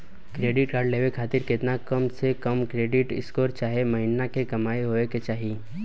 Credit card लेवे खातिर केतना कम से कम क्रेडिट स्कोर चाहे महीना के कमाई होए के चाही?